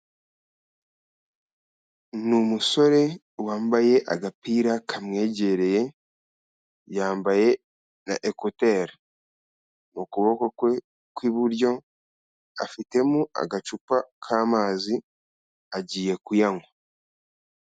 Ni umusore wambaye agapira kamwegereye, yambaye na ekuteri, mu kuboko kwe kw'iburyo afitemo agacupa k'amazi, agiye kuyanywa.